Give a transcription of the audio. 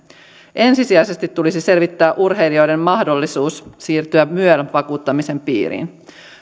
ensisijaisesti tulisi selvittää urheilijoiden mahdollisuus siirtyä myel vakuuttamisen piiriin